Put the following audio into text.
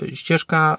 ścieżka